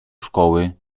szkoły